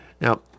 Now